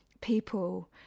people